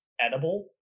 edible